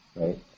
right